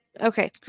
Okay